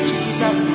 Jesus